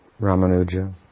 Ramanuja